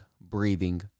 breathing